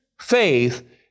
faith